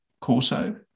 Corso